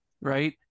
right